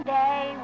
day